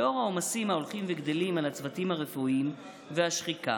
"לאור העומסים ההולכים וגדלים על הצוותים הרפואיים והשחיקה,